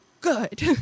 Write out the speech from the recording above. Good